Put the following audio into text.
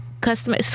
customer